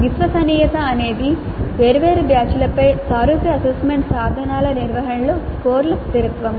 విశ్వసనీయత అనేది వేర్వేరు బ్యాచ్లపై సారూప్య అసెస్మెంట్ సాధనాల నిర్వహణలో స్కోర్ల స్థిరత్వం